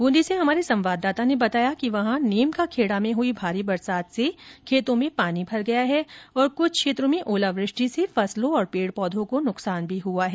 बूंदी से हमारे संवाददाता ने बताया कि वहां नीम का खेड़ा में हुई भारी बरसात से खेतों में पानी भर गया है और कुछ क्षेत्रों में ओलावृष्टि से फसलों और पेड़ पौधों को नुकसान भी हुआ है